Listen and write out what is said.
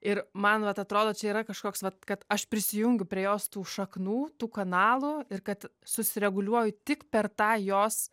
ir man vat atrodo čia yra kažkoks vat kad aš prisijungiu prie jos tų šaknų tų kanalų ir kad susireguliuoju tik per tą jos